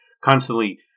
constantly